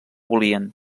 volien